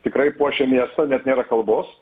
tikrai puošia miestą net nėra kalbos